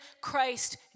Christ